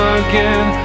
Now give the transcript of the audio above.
again